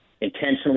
intentionally